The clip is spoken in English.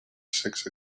six